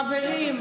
חברים.